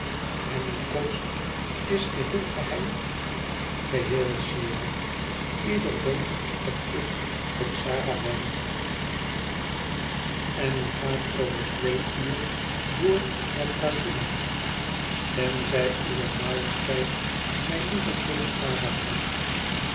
en uw komst is geheel geheim geheel sire ieder denkt dat ik in xara ben en u gaat over twee uur door naar thracyna tenzij uwe majesteit mij liever te lipara houdt